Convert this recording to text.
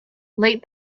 late